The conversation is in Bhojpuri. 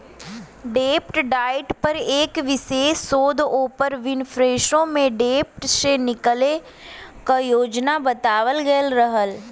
डेब्ट डाइट पर एक विशेष शोध ओपर विनफ्रेशो में डेब्ट से निकले क योजना बतावल गयल रहल